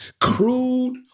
crude